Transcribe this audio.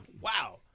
Wow